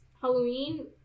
Halloween